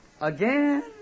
again